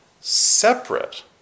separate